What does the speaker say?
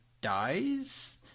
dies